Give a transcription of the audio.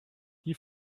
die